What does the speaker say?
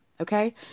Okay